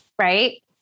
right